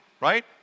Right